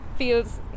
feels